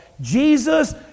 Jesus